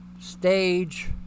stage